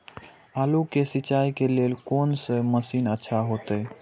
आलू के सिंचाई के लेल कोन से मशीन अच्छा होते?